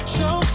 Show